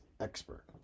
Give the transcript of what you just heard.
expert